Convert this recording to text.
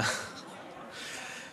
יאיר לפיד,